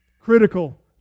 critical